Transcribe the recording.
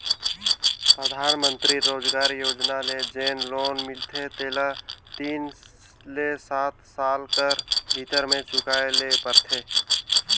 परधानमंतरी रोजगार योजना ले जेन लोन मिलथे तेला तीन ले सात साल कर भीतर में चुकाए ले परथे